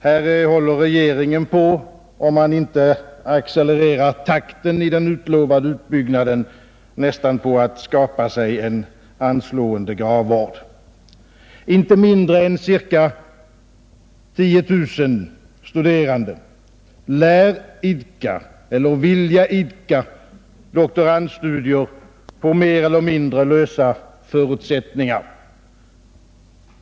Här håller regeringen nästan på — om man inte accelererar takten i den utlovade utbyggnaden — att skapa sig en anslående gravvård. Inte mindre än ca 10 000 studerande lär idka eller vilja idka doktorandstudier på mer eller mindre lösa förutsättningar.